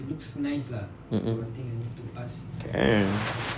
mm can